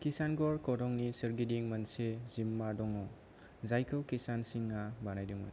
किसानगर खरंनि सोरगिदिं मोनसे जिम्मा दङ जायखौ किसान सिंआ बानायदोंमोन